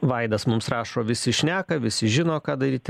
vaidas mums rašo visi šneka visi žino ką daryt